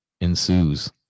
ensues